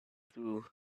through